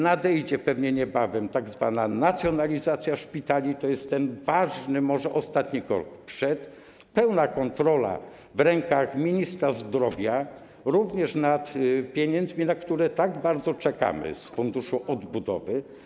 Nadejdzie pewnie niebawem tzw. nacjonalizacja szpitali, to jest ten ważny, może ostatni krok przed pełną kontrolą w rękach ministra zdrowia, również nad pieniędzmi, na które tak bardzo czekamy, z Funduszu Odbudowy.